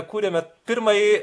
kūrėme pirmąjį